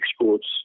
exports